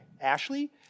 Ashley